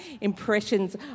impressions